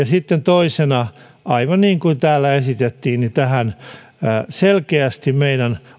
sitten toisena aivan niin kuin täällä esitettiin selkeästi meidän